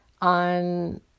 on